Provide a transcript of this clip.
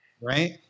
Right